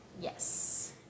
Yes